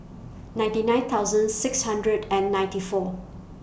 ninety nine thousand six hundred and ninety four